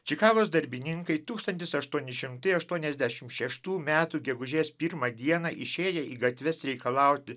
čikagos darbininkai tūkstantis aštuoni šimtai aštuoniasdešimt šeštų metų gegužės pirmą dieną išėję į gatves reikalauti